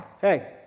hey